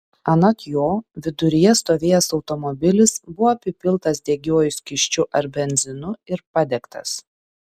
anot jo viduryje stovėjęs automobilis buvo apipiltas degiuoju skysčiu ar benzinu ir padegtas